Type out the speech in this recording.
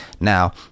Now